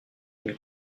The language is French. une